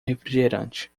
refrigerante